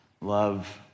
Love